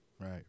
Right